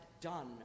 done